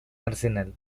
arsenal